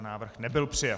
Návrh nebyl přijat.